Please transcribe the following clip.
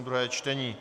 druhé čtení